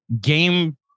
game